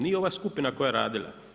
Nije ova skupina koja je radila.